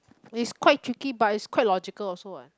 it's quite tricky but it's quite logical also what